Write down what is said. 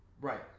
Right